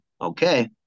Okay